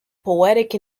poetic